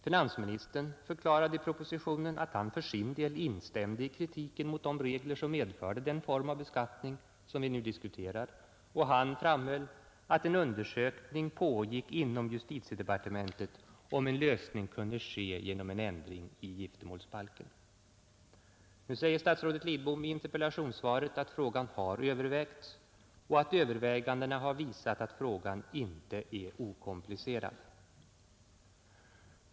Finansministern förklarade i propositionen att han för sin del instämde i kritiken mot de regler som medförde den form av beskattning som vi nu diskuterar, och han framhöll att en undersökning pågick inom justitiedepartementet om en lösning kunde ske genom ändring i giftermålsbalken. Nu säger statsrådet Lidbom i interpellationssvaret att frågan har övervägts och att övervägandena har visat att frågan inte är okomplicerad.